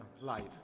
live